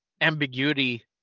ambiguity